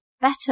better